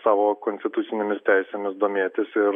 savo konstitucinėmis teisėmis domėtis ir